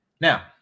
Now